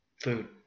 food